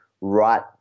right